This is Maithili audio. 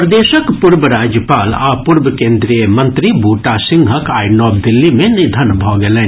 प्रदेशक पूर्व राज्यपाल आ पूर्व केंद्रीय मंत्री बूटा सिंहक आइ नव दिल्ली मे निधन भऽ गेलनि